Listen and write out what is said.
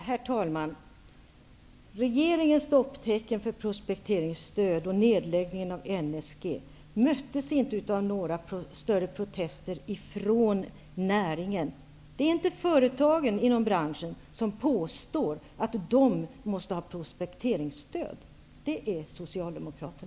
Herr talman! Regeringens stopptecken för prospekteringsstöd och nedläggningen av NSG möttes inte av några större protester från näringen. Det är inte företagen inom branschen som påstår att de måste ha prospekteringsstöd, utan det är